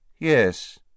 Yes